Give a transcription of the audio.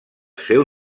seu